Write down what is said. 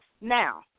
now